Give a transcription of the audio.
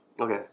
Okay